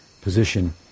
position